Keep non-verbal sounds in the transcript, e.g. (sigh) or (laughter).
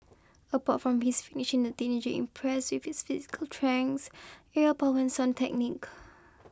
apart from his finishing the teenager impressed with physical (unintelligible) aerial power and sound technique